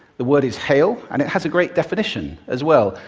the word is hail, and it has a great definition as well.